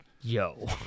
yo